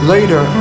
Later